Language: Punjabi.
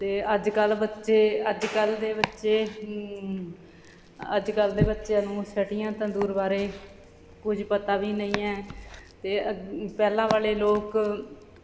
ਅਤੇ ਅੱਜ ਕੱਲ੍ਹ ਬੱਚੇ ਅੱਜ ਕੱਲ ਦੇ ਬੱਚੇ ਅੱਜ ਕੱਲ੍ਹ ਦੇ ਬੱਚਿਆਂ ਨੂੰ ਛਟੀਆਂ ਤੰਦੂਰ ਬਾਰੇ ਕੁਝ ਪਤਾ ਵੀ ਨਹੀਂ ਹੈ ਅਤੇ ਅੱ ਪਹਿਲਾਂ ਵਾਲੇ ਲੋਕ